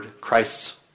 Christ's